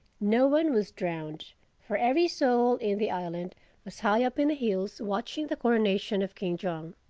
no one was drowned for every soul in the island was high up in the hills watching the coronation of king jong.